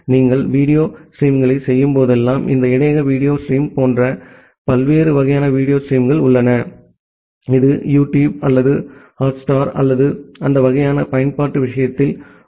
நீங்கள் வீடியோ ஸ்ட்ரீமிங்கைச் செய்யும்போதெல்லாம் இந்த இடையக வீடியோ ஸ்டீமிங் போன்ற பல்வேறு வகையான வீடியோ ஸ்ட்ரீமிங் உள்ளன இது யூடியூப் அல்லது ஹாட்ஸ்டார் அல்லது அந்த வகையான பயன்பாடு விஷயத்தில் உள்ளது